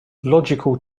logical